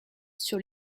sur